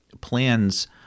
plans